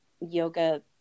yoga